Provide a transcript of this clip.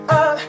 up